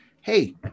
hey